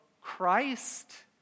Christ